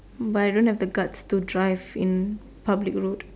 but I don't have the guts to drive in public road